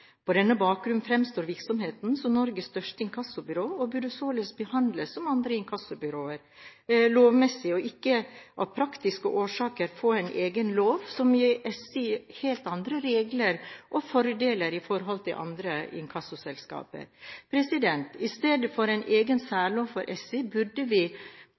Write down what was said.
På denne bakgrunn fremstår virksomheten som Norges største inkassobyrå og burde således behandles som andre inkassobyråer lovmessig, og ikke av praktiske årsaker få en egen lov som gir SI helt andre regler og «fordeler» enn andre inkassoselskaper. I stedet for en egen særlov for SI burde vi